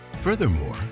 Furthermore